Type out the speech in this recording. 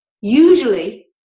usually